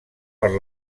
per